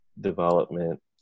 development